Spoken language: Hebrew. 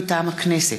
מטעם הכנסת: